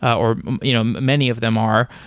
or you know many of them are.